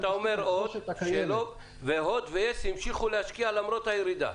ואתה אומר עוד שהוט ויס המשיכו להשקיע למרות הירידה?